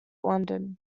london